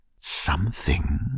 Something